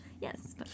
Yes